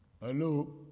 Hello